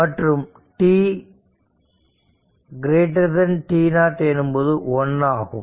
மற்றும் tt0 எனும்போது 1 ஆகும்